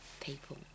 people